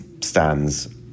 stands